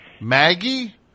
maggie